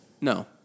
No